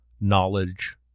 knowledge